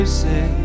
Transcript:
say